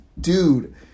Dude